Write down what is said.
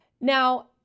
Now